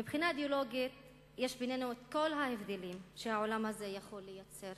מבחינה אידיאולוגית יש בינינו כל ההבדלים שהעולם הזה יכול לייצר.